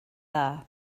dda